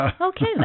Okay